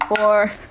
Four